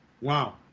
wow